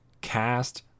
cast